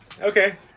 Okay